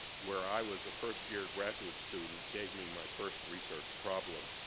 where i was a first-year graduate student, gave me my first research problem.